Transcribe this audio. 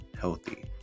healthy